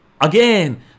again